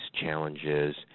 challenges